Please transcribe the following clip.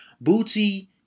Booty